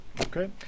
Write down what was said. Okay